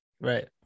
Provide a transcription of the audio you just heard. Right